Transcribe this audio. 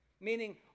Meaning